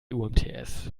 umts